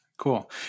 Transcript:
Cool